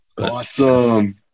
Awesome